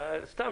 אדוני.